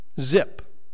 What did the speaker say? Zip